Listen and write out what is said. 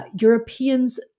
Europeans